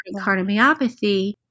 cardiomyopathy